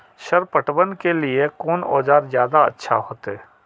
Sir पटवन के लीऐ कोन औजार ज्यादा अच्छा होते?